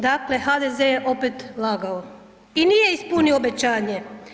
Dakle, HDZ je opet lagao i nije ispunio obećanje.